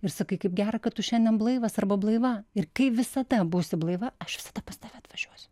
ir sakai kaip gera kad tu šiandien blaivas arba blaiva ir kai visada būsi blaiva aš visada pas tave atvažiuosiu